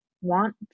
want